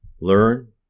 learn